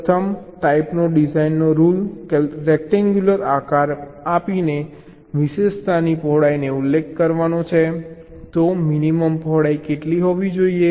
પ્રથમ ટાઈપનો ડિઝાઈનનો રૂલ રેક્ટેન્ગ્યુલર આકાર આપીને વિશેષતાની પહોળાઈનો ઉલ્લેખ કરવાનો છે તો મિનિમમ પહોળાઈ કેટલી હોવી જોઈએ